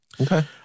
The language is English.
Okay